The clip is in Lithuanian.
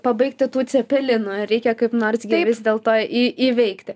pabaigti tų cepelinų reikia kaip nors vis dėlto į įveikti